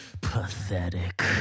pathetic